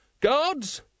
Guards